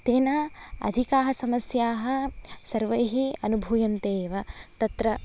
तेन अधिकाः समस्याः सर्वैः अनुभूयन्ते एव तत्र